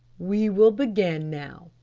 we will begin now,